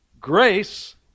Grace